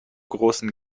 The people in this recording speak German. großen